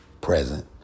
present